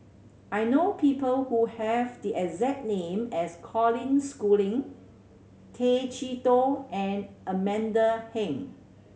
I know people who have the exact name as Colin Schooling Tay Chee Toh and Amanda Heng